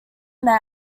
met